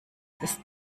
ist